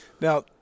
Now